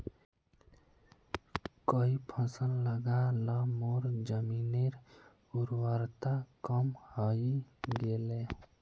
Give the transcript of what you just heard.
कई फसल लगा ल मोर जमीनेर उर्वरता कम हई गेले